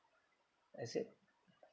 is it